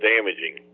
damaging